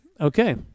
okay